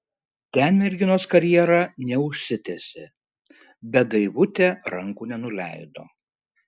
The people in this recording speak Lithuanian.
ten merginos karjera neužsitęsė bet daivutė rankų nenuleido